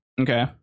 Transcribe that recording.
Okay